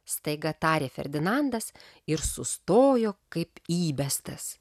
staiga tarė ferdinandas ir sustojo kaip įbestas